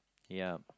ya